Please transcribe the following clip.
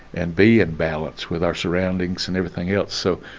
and be in balance with our surroundings and everything else, so,